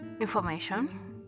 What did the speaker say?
information